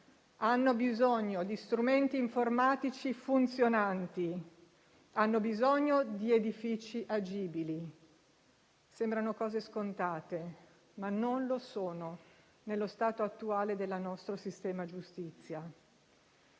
hanno bisogno di strumenti informatici funzionanti e di edifici agibili. Sembrano cose scontate, ma non lo sono nello stato attuale del nostro sistema giustizia.